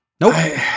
Nope